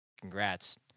Congrats